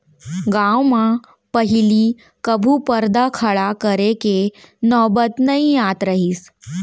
गॉंव म पहिली कभू परदा खड़ा करे के नौबत नइ आत रहिस